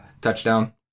touchdown